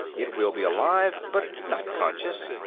it will be alive, but not conscious.